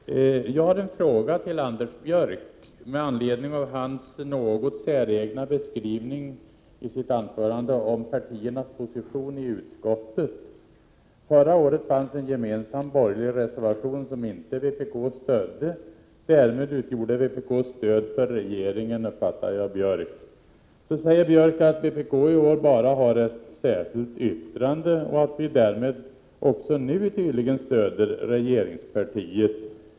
Herr talman! Jag vill ställa några frågor till Anders Björck med anledning av den i hans anförande något säregna beskrivningen av partiernas position i utskottet. Förra året fanns det t.ex. en gemensam borgerlig reservation som vpk inte stödde. Jag uppfattar Anders Björck så, att han menar att vpk därmed skulle ha stött regeringen. Anders Björck säger att vpk i år bara har ett särskilt yttrande till det ärende som vi nu diskuterar och att vpk därmed tydligen också nu stöder regeringspartiet.